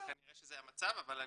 כנראה שזה המצב, אבל שוב,